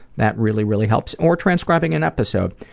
that really really helps. or transcribing an episode.